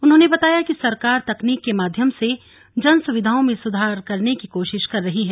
उन्होने बताया कि सरकार तकनीक के माध्यम से जनसुविधाओं में सुधार करने की कोशिश कर रही है